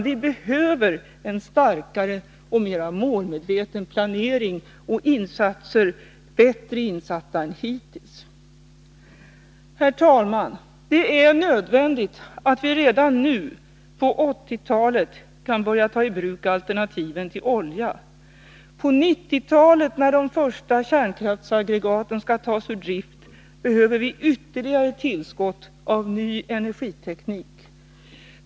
Vi behöver en starkare och mera målmedveten planering och bättre insatta åtgärder än hittills. Herr talman! Det är nödvändigt att vi redan nu — på 1980-talet — kan börja ta i bruk alternativen till oljan. På 1990-talet — när de första kärnkraftsaggregaten skall tas ur drift — behöver vi ytterligare tillskott av ny energiteknik.